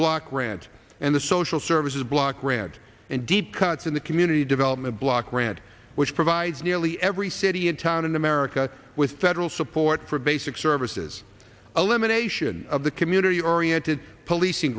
block grant and the social services block grant and deep cuts in the community development block grant which provides nearly every city in town in america with federal support for basic services elimination of the community oriented policing